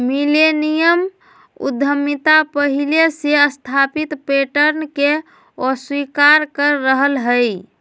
millennium उद्यमिता पहिले से स्थापित पैटर्न के अस्वीकार कर रहल हइ